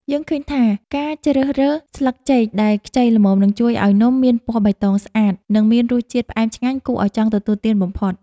យើងឃើញថាការជ្រើសរើសស្លឹកចេកដែលខ្ចីល្មមនឹងជួយឱ្យនំមានពណ៌បៃតងស្អាត និង មានរសជាតិផ្អែមឆ្ងាញ់គួរឱ្យចង់ទទួលទានបំផុត។